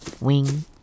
wing